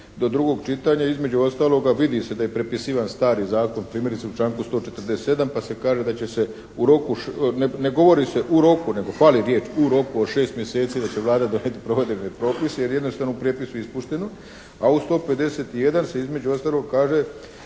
do drugog čitanja između ostaloga vidi se da je prepisivan stari zakon, primjerice u članku 147. pa se kaže da će se u roku, ne govori se u roku nego fali riječ: "u roku" od 6 mjeseci da će Vlada donijeti provedbene propise ili je jednostavno u prijepisu ispušteno, a u 151. se između ostalog kaže